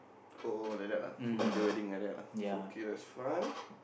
oh like that lah from the wedding like lah so okay that's fun